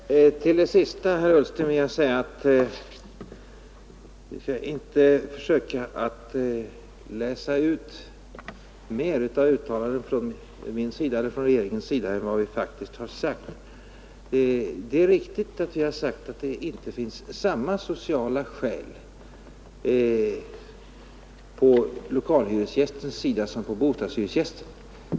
Herr talman! Till det sista herr Ullsten yttrade vill jag säga att vi inte bör försöka att läsa ut mer av mina eller regeringens uttalanden än vad vi faktiskt har sagt. Det är riktigt att vi har sagt att det inte finns samma sociala skydd för lokalhyresgästen som för bostadshyresgästen.